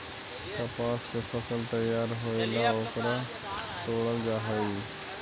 कपास के फसल तैयार होएला ओकरा तोडल जा हई